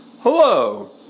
Hello